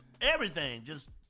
everything—just